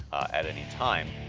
at any time.